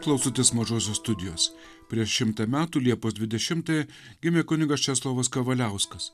klausotės mažosios studijos prieš šimtą metų liepos dvidešimtąją gimė kunigas česlovas kavaliauskas